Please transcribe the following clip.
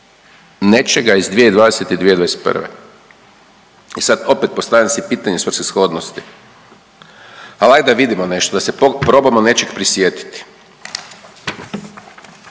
nečega iz 2020. i 2021. i sad opet postavljam si pitanje svrsishodnosti, ali ajde da vidimo nešto, da se probamo nečeg prisjetiti.